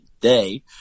day